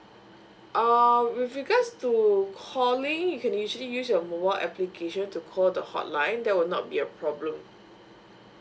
err with regards to calling you can usually use your mobile application to call the hotline that will not be a problem